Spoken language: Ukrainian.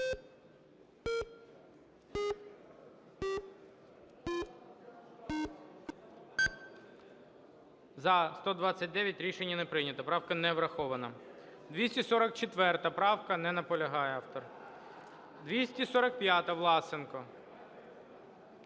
За-129 Рішення не прийнято. Правка не врахована. 244 правка – не наполягає автор. 245-а, Власенко.